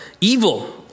evil